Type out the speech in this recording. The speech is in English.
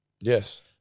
Yes